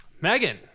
Megan